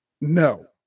No